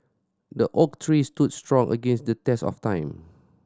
the oak tree stood strong against the test of time